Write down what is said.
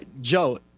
Joe